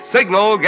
Signal